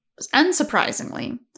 Unsurprisingly